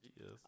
Yes